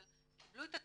אבל קיבלו את הטיוטות,